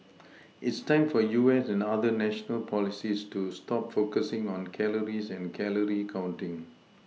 it's time for U S and other national policies to stop focusing on calories and calorie counting